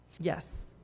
Yes